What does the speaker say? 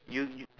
you y~